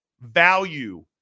value